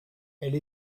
elle